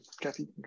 Kathy